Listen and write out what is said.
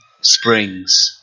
springs